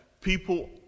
people